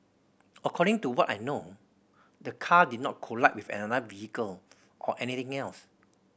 according to what I know the car did not collide with another vehicle or anything else